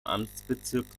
amtsbezirk